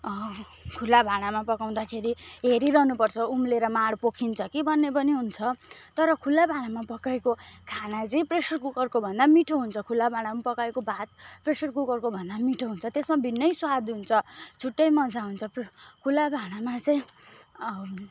खुल्ला भाँडामा पकाउँदाखेरि हेरिरहनु पर्छ उम्लिएर माड पोखिन्छ कि भन्ने पनि हुन्छ तर खुल्ला भाँडामा पकाएको खाना चाहिँ प्रेसर कुकरको भन्दा मिठो हुन्छ खुल्ला भाँडामा पकाएको भात प्रेसर कुकरको भन्दा मिठो हुन्छ त्यसमा भिन्दै स्वाद हुन्छ छुट्टै मजा हुन्छ खुल्ला भाँडामा चाहिँ